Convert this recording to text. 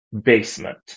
basement